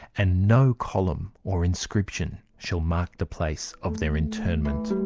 and no column or inscription shall mark the place of their interment.